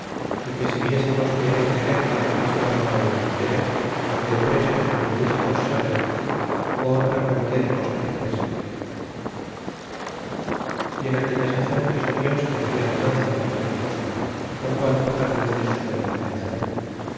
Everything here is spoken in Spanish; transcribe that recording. é que si viesemos que eran de guerra los que estaban con las banderas que de presto se lo hiciesemos saber ó otra qualquier cosa que fuese y en aquella sazon quizo dios que hacia bonanza en aquella costa lo qual pocas veces suele acaecer